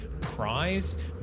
prize